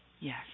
Yes